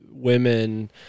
women